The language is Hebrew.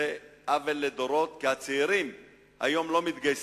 זה עוול לדורות, כי הצעירים היום לא מתגייסים,